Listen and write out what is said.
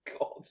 God